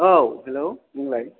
औ हेल्ल' बुंलाय